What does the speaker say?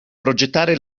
progettare